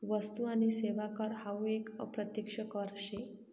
वस्तु आणि सेवा कर हावू एक अप्रत्यक्ष कर शे